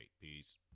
Peace